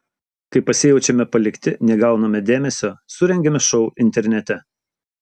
kai pasijaučiame palikti negauname dėmesio surengiame šou internete